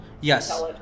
Yes